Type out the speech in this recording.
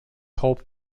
hope